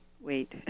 wait